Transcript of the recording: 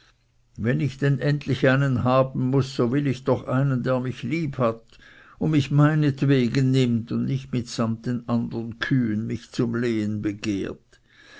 wenn ich denn endlich einen haben muß so will ich doch einen der mich lieb hat und mich meinetwegen nimmt und nicht mitsamt den andern kühen mich zum lehen begehrt